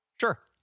Sure